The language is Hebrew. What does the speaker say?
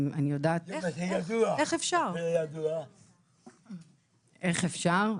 אז מה קרה?